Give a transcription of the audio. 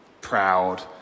proud